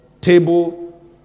table